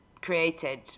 created